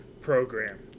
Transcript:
program